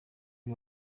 uyu